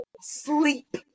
Sleep